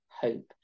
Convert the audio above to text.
hope